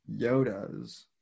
Yodas